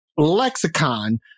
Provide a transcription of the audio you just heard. lexicon